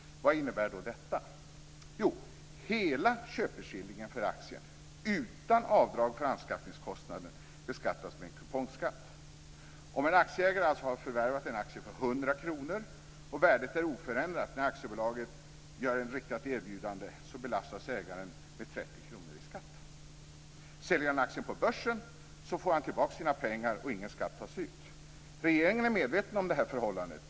Vad innebär då detta? Jo, hela köpeskillingen för aktien utan avdrag för anskaffningskostnaden beskattas med en kupongskatt! Om en aktieägare alltså har förvärvat en aktie för 100 kr, och värdet är oförändrat när aktiebolaget gör ett riktat erbjudande, belastas ägaren med 30 kr i skatt. Säljer han aktien på börsen får han tillbaka sina pengar, och ingen skatt tas ut. Regeringen är medveten om detta förhållande.